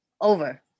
Over